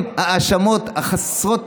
עצם ההאשמות החסרות,